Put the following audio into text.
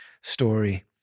story